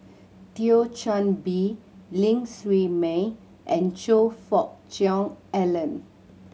Thio Chan Bee Ling Siew May and Choe Fook Cheong Alan